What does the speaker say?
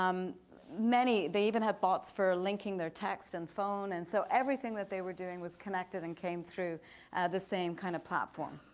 um they even have bots for linking their texts and phone. and so everything that they were doing was connected and came through the same kind of platform.